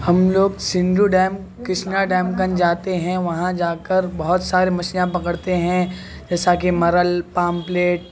ہم لوگ Sindhu dam Krishna dam گنج جاتے ہیں وہاں جا کر بہت سارے مچھلیاں پکڑتے ہیں جیسا کہ مرل پاپلیٹ